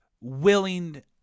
willing